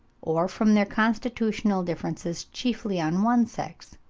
or from their constitutional differences chiefly on one sex.